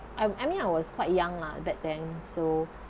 I I mean I was quite young lah back then so